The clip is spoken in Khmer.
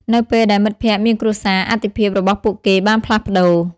នៅពេលដែលមិត្តភក្តិមានគ្រួសារ អាទិភាពរបស់ពួកគេបានផ្លាស់ប្តូរ។